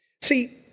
See